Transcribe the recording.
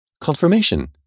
Confirmation